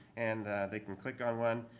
and they can click on one.